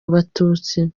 abatutsi